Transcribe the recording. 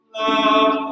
love